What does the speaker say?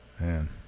man